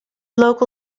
local